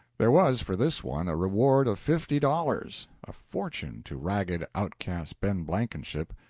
there was for this one a reward of fifty dollars a fortune to ragged, out-cast ben blankenship.